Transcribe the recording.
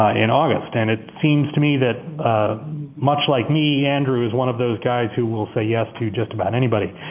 ah in august. and it seems to me that much like me, andrew is one of those guys who will say yes to just about anybody.